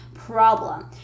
problem